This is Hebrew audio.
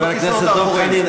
חבר הכנסת דב חנין,